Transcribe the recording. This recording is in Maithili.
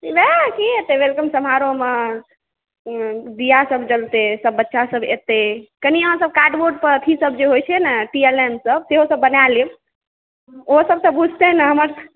वएह की हेतै वेलकम समारोह मे दिया सब जलतै सब बच्चासब एतै कनी अहाँसब कार्डबोर्ड पर अथि सब जे होइ छै ने पीएलएम सब सेहो सब बना लेब ओहो सब तऽ बुझतै ने हमर